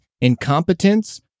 incompetence